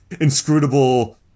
inscrutable